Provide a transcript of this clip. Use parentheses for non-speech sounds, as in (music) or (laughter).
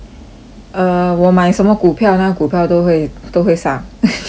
err 我买什么股票呢股票都会都会上 (noise)